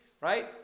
right